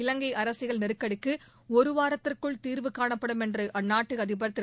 இலங்கை அரசியல் நெருக்கடிக்கு ஒருவாரத்திற்குள் தீர்வு காணப்படும் என்று அந்நாட்டு அதிபர் திரு